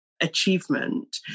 achievement